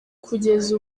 kugeza